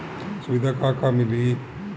सुविधा का का मिली?